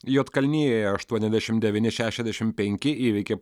juodkalnijoje aštuoniasdešim devyni šešiasdešim penki įveikė